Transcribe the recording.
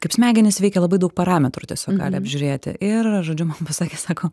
kaip smegenys veikia labai daug parametrų tiesiog gali apžiūrėti ir žodžiu man pasakė sako